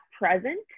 present